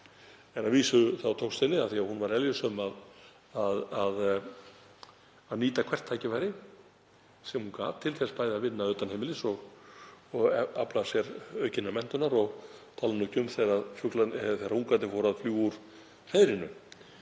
En að vísu tókst henni, af því að hún var eljusöm, að nýta hvert tækifæri sem hún gat til þess bæði að vinna utan heimilis og afla sér aukinnar menntunar, ég tala nú ekki um þegar ungarnir voru að fljúga úr hreiðrinu.